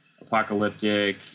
Apocalyptic